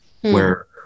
where-